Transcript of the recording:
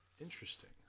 Interesting